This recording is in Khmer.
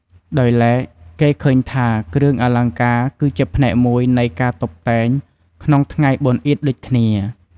ដោយឡែក គេឃើញថា គ្រឿងអលង្ការគឺជាផ្នែកមួយនៃការតុបតែងក្នុងថ្ងៃបុណ្យអ៊ីឌដូចគ្នា។